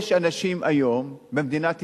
יש אנשים היום במדינת ישראל,